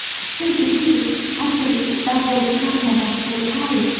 so do we athalie, baron de carjorac, and i.